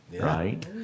Right